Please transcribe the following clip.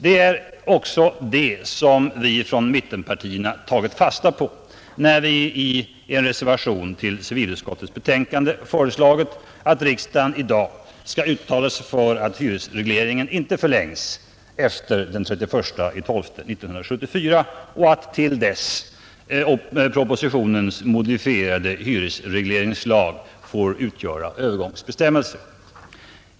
Det är detta vi från mittenpartierna tagit fasta på, när vi i en reservation till civilutskottets betänkande föreslagit att riksdagen i dag skall uttala sig för att hyresregleringen inte förlängs efter den 31 december 1974 och att propositionens modifierade hyresregleringslag till dess får utgöra övergångsbestämmelser.